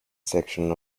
section